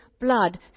blood